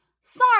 Sorry